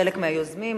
חלק מהיוזמים,